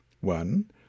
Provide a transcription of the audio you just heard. One